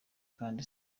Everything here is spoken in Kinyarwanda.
kandi